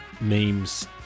memes